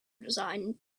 design